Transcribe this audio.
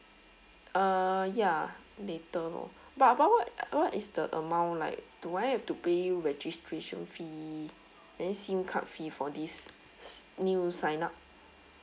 uh ya later lor but but what what is the amount like do I have to pay you registration fee and then SIM card fee for this new sign up